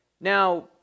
Now